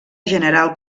general